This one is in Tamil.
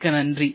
மிக்க நன்றி